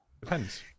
depends